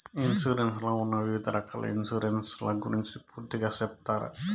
Insurance లో ఉన్న వివిధ రకాల ఇన్సూరెన్సు ల గురించి పూర్తిగా సెప్తారా?